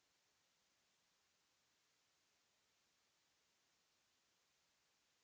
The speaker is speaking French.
Merci